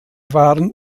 waren